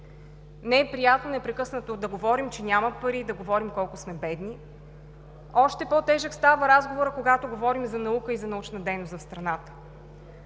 Не е приятно непрекъснато да говорим, че няма пари, да говорим колко сме бедни. Още по-тежък става разговорът, когато говорим за наука и за научна дейност в страната.